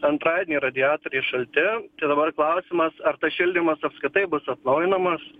antradienį radiatoriai šalti tai dabar klausimas ar tas šildymas apskritai bus atnaujinamas